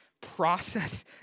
process